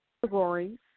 categories